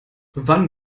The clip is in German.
wann